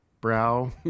brow